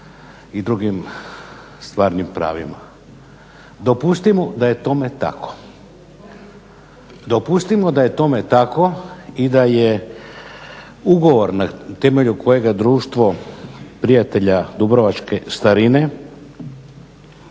i drugim stvarnim pravima. Dopustimo da je tome tako i da je ugovor na temelju kojega Društvo prijatelja dubrovačke starine